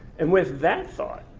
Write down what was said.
and with that thought,